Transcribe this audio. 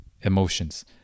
emotions